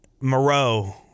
Moreau